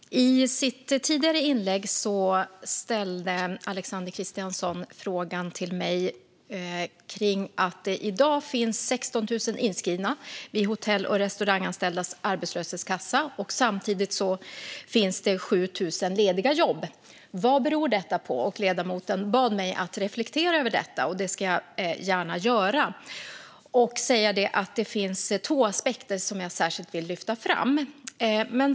Fru talman! I sitt tidigare inlägg ställde Alexander Christiansson en fråga till mig om att det i dag finns 16 000 inskrivna vid Hotell och restauranganställdas arbetslöshetskassa samtidigt som det finns 7 000 lediga jobb. Vad beror detta på? Ledamoten bad mig att reflektera över detta, och det gör jag gärna. Det finns två aspekter som jag särskilt vill lyfta fram.